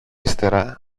ύστερα